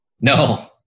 No